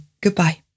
Goodbye